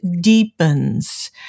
deepens